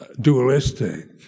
dualistic